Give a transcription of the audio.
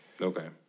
Okay